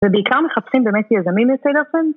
ובעיקר מחפשים באמת יזמים יוצאי דופן